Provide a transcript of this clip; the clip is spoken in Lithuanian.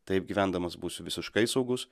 taip gyvendamas būsiu visiškai saugus